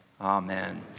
Amen